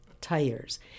tires